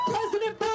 President